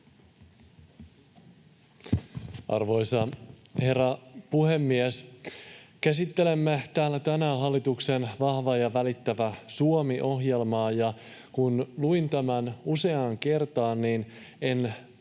Arvoisa herra puhemies! Käsittelemme täällä tänään hallituksen Vahva ja välittävä Suomi ‑ohjelmaa, ja kun luin tämän useaan kertaan, niin en